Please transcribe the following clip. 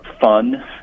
fun